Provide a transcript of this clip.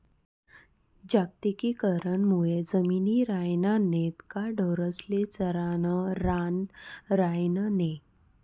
जागतिकीकरण मुये जमिनी रायन्या नैत का ढोरेस्ले चरानं रान रायनं नै